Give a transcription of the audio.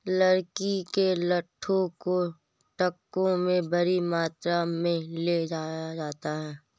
लकड़ी के लट्ठों को ट्रकों में बड़ी मात्रा में ले जाया जाता है